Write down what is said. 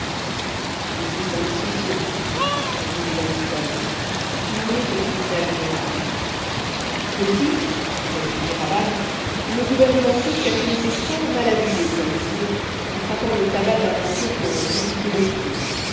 causerie sans discussion répondit van mitten et qui n'en est que plus agréable aussi reprit kéraban le gouvernement turc a-t-il été fort mal avisé comme toujours en frappant le tabac d'un impôt qui en a décuplé le prix